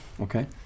Okay